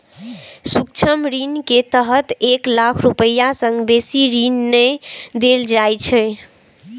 सूक्ष्म ऋण के तहत एक लाख रुपैया सं बेसी ऋण नै देल जाइ छै